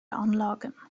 anlagen